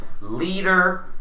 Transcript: leader